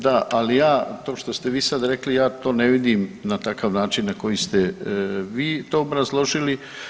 Da, ali ja to što ste vi sad rekli, ja to ne vidim na takav način na koji ste vi to obrazložili.